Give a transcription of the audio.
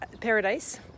paradise